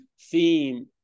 theme